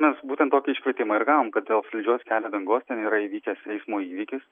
mes būtent tokį iškvietimą ir gavom kad dėl slidžios kelio dangos ten yra įvykęs eismo įvykis